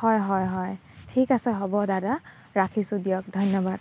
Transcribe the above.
হয় হয় হয় ঠিক আছে হ'ব দাদা ৰাখিছোঁ দিয়ক ধন্যবাদ